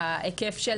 ההיקף של